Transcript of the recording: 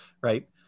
right